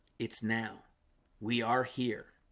it's now we are here